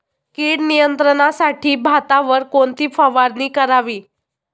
कीड नियंत्रणासाठी भातावर कोणती फवारणी करावी?